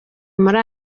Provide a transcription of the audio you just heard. muri